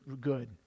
good